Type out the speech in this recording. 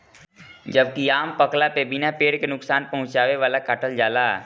जबकि आम पकला पे बिना पेड़ के नुकसान पहुंचवले काटल जाला